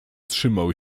trzymał